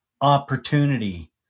opportunity